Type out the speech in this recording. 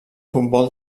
futbol